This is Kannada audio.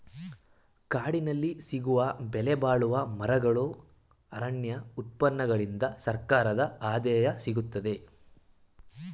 ಕಾಡಿನಲ್ಲಿ ಸಿಗುವ ಬೆಲೆಬಾಳುವ ಮರಗಳು, ಅರಣ್ಯ ಉತ್ಪನ್ನಗಳಿಂದ ಸರ್ಕಾರದ ಆದಾಯ ಸಿಗುತ್ತದೆ